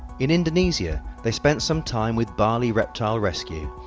in indonesia they spent some time with bali reptile rescue,